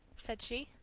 said she.